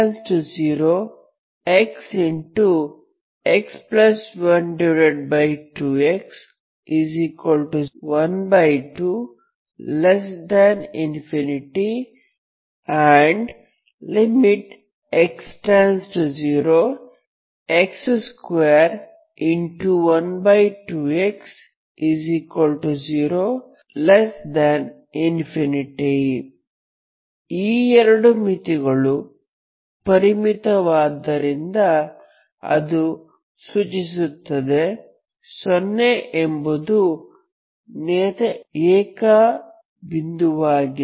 x12x12∞ 12x 0∞ ಈ ಎರಡು ಮಿತಿಗಳು ಪರಿಮಿತವಾದ್ದರಿಂದ ಅದು ಸೂಚಿಸುತ್ತದೆ 0 ಎಂಬುದು ನಿಯತ ಏಕ ಬಿಂದುವಾಗಿದೆ